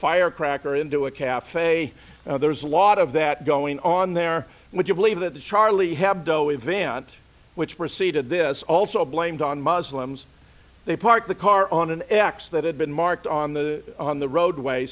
firecracker into a cafe there's a lot of that going on there when you believe that the charlie hebdo event which preceded this also blamed on muslims they parked the car on an x that had been marked on the on the roadway